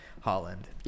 Holland